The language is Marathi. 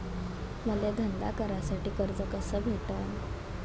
मले धंदा करासाठी कर्ज कस भेटन?